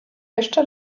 jeszcze